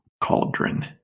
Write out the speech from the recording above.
cauldron